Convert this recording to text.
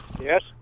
Yes